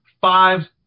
five